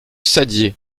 saddier